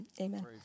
Amen